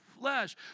flesh